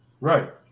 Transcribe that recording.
right